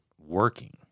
working